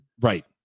right